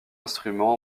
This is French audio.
instrument